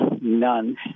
none